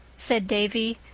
said davy,